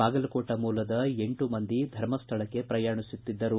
ಬಾಗಲಕೋಟ ಮೂಲದ ಎಂಟು ಮಂದಿ ಧರ್ಮಸ್ಥಳಕ್ಕೆ ಪ್ರಯಾಣಿಸುತ್ತಿದ್ದರು